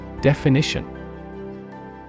Definition